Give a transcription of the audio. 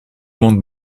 bandes